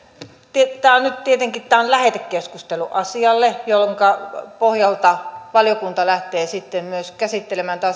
tämä on nyt tietenkin lähetekeskustelu asialle jonka pohjalta valiokunta lähtee sitten myös käsittelemään tätä